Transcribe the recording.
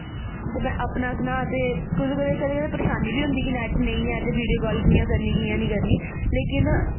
ते में अपना सनां ते कदें कदें कदें कदें परेशनी बी होंदी कि नैट नेईं ऐ ते वीडियो कॉल कि'यां करनी कि'यां नेईं करनी लेकिन